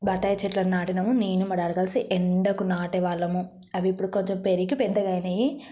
బత్తాయి చెట్లని నాటినాము నేను మా డాడీ కలిసి ఎండకు నాటే వాళ్ళము అవి ఇప్పుడు కొంచెం పెరిగి పెద్దగా అయినాయి